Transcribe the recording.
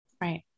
Right